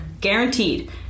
Guaranteed